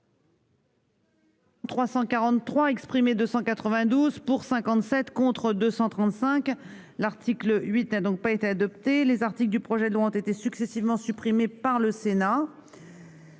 343 exprimés 292 pour 57 contre 235 l'article 8 a donc pas été adopté les articles du projet de loi ont été successivement supprimé par le Sénat,